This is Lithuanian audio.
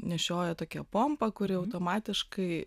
nešioja tokią pompą kuri automatiškai